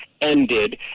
ended